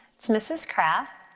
it's mrs. kraff,